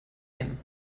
him